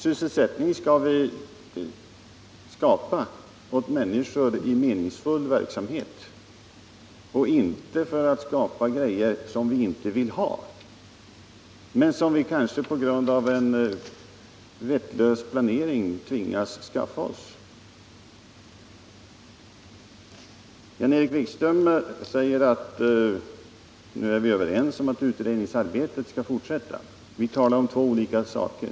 Sysselsättning skall vi skapa åt människor i meningsfull verksamhet och inte för att tillverka grejor som vi inte vill ha men som vi kanske på grund av en vettlös planering tvingas skaffa oss. Jan-Erik Wikström säger att nu är vi överens om att utredningsarbetet skall fortsätta. Vi talar om två olika saker.